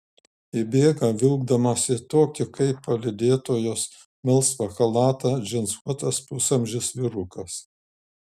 įbėga vilkdamasis tokį kaip palydėtojos melsvą chalatą džinsuotas pusamžis vyrukas